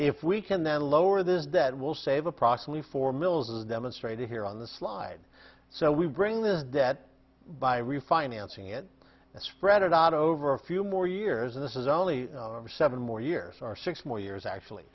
if we can then lower this debt will save approximately four mils as demonstrated here on the slide so we bring this that by refinancing it spread out over a few more years and this is only for seven more years or six more years actually